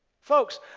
Folks